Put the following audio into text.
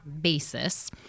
basis